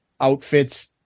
outfits